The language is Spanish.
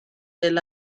del